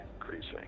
increasing